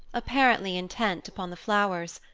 apparently intent upon the flowers,